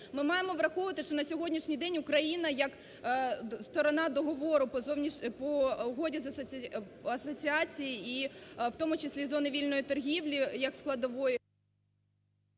Ми маємо враховувати, що на сьогоднішній день Україна як сторона договору по Угоді про асоціації і в тому числі зони вільної торгівлі як складової…